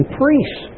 priests